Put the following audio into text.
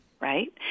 right